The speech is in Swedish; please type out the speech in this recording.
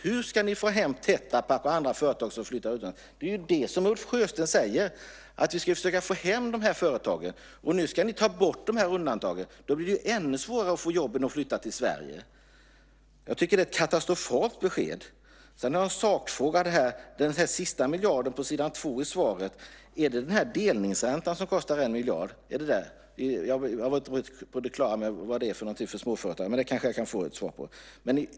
Hur ska ni få hem Tetrapak och andra företag som flyttat utomlands? Som Ulf Sjösten säger ska vi ju försöka få hem de här företagen. Nu ska ni ta bort de här undantagen. Då blir det ju ännu svårare att få jobben att flytta till Sverige. Jag tycker att det är ett katastrofalt besked. Sedan har jag en sakfråga om s. 2 i svaret. Är det delningsräntan som kostar 1 miljard? Jag blev inte riktigt på det klara med det, men det kanske jag kan få ett svar på.